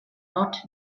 not